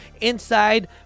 inside